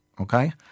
Okay